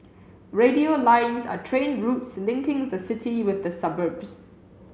radial lines are train routes linking the city with the suburbs